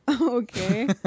Okay